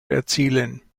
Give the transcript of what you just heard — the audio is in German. erzielen